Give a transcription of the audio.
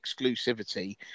exclusivity